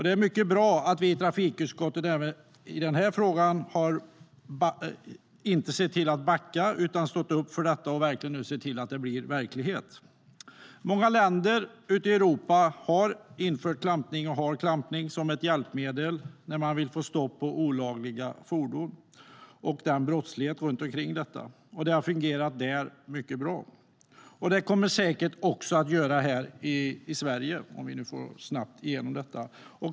Det är mycket bra att vi i trafikutskottet även i den här frågan inte har backat utan stått upp för att se till att det nu blir verklighet. Många länder i Europa har infört klampning och har klampning som ett hjälpmedel när man vill få stopp på olagliga fordon och brottslighet runt detta. Det har fungerat mycket bra där. Det kommer det säkert också att göra här i Sverige, om vi nu snabbt får igenom detta.